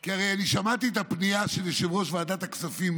כי אני הרי שמעתי את הפנייה של יושב-ראש ועדת הכספים,